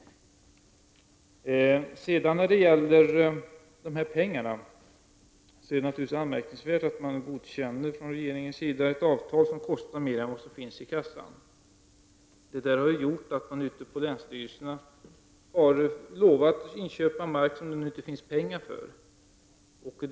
När det gäller dessa pengar är det naturligtvis anmärkningsvärt att regeringen godkänner ett avtal som kostar mer än vad som finns i kassan. Detta har gjort att man ute på länsstyrelserna har lovat att köpa in mark, som man nu saknar pengar för att kunna köpa in.